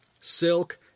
Silk